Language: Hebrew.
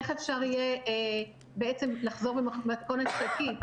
איך אפשר יהיה לחזור במתכונת חלקית.